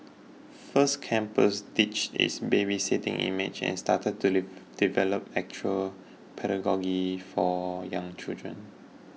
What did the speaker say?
First Campus ditched its babysitting image and started to develop actual pedagogy for young children